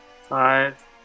five